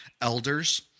elders